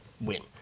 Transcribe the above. win